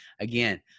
again